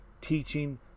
teaching